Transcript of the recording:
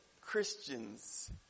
Christians